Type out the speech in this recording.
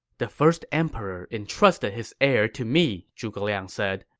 the first emperor entrusted his heir to me, zhuge liang said.